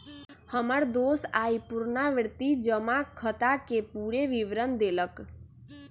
हमर दोस आइ पुरनावृति जमा खताके पूरे विवरण देलक